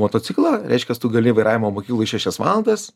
motociklą reiškias tu gali vairavimo mokykloj šešias valandas